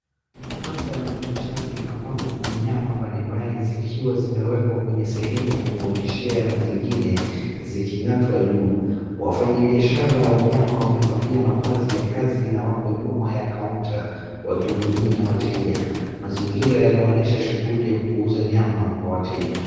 Hapa ni buchari ambapo kuna nyama mbalimbali zikiwa zimewekwa zimewekwa kwenye sehemu ya kuonyeshea na zingine ziking'atwa juu. Wafanyibiashara wa nyama wamevalia mavazi ya kazi na wako nyuma ya kaunta wakihudumia wateja. Mazingira yanaonyesha shughuli ya kuuza nyama kwa wateja.